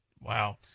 Wow